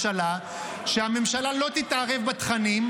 גם לא עומד בתנאי הרישיון